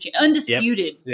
undisputed